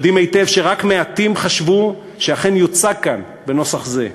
יודעים היטב שרק מעטים חשבו שאכן הוא יוצג כאן בנוסח זה.